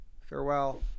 Farewell